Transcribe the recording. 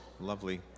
lovely